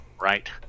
right